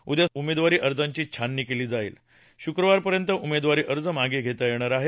उद्या उमेदवारी अर्जाची छाननी केली जाईल शुक्रवारपर्यंत उमेदवारी अर्ज मागे घेता येणार आहेत